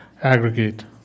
aggregate